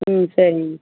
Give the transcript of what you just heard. ம் சரிங்க